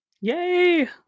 Yay